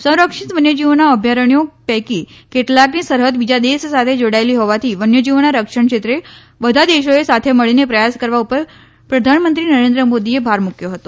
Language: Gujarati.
સંરક્ષિત વન્યજીવોના અભ્યારણ્થો પૈકી કેટલાકની સરહદ બીજા દેશ સાથે જોડાયેલી હોવાથી વન્યજીવોના રક્ષણ ક્ષેત્રે બધા દેશોએ સાથે મળીને પ્રયાસ કરવા ઉપર પ્રધાનમંત્રી નરેન્દ્રમોદીએ ભાર મૂક્યો હતો